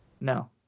No